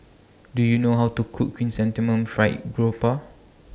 Do YOU know How to Cook Chrysanthemum Fried Garoupa